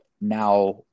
Now